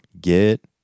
Get